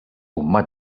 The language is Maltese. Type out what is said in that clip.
huma